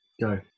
go